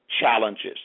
challenges